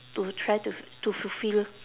to try to to fulfill